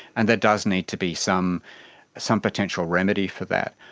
and there does need to be some some potential remedy for that.